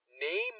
name